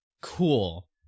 cool